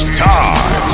time